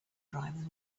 drivers